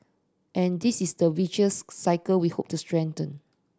and this is the virtuous cycle we hope to strengthen